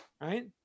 Right